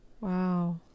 Wow